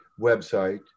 website